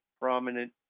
prominent